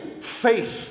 faith